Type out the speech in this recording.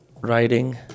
riding